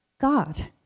God